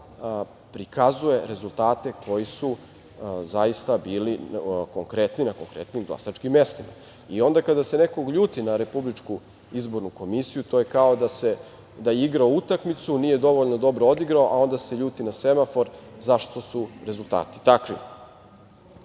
samo prikazuje rezultate koji su zaista bili konkretni na konkretnim glasačkim mestima. I onda kada se neko ljuti na RIK, to je kao da igra utakmicu, nije dovoljno dobro odigrao, a onda se ljuti na semafor zašto su rezultati